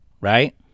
right